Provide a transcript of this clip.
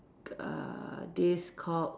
g~ uh this called